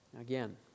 Again